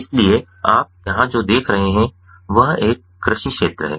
इसलिए आप यहां जो देख रहे हैं वह एक कृषि क्षेत्र है